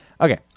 Okay